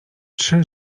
trzy